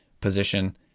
position